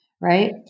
right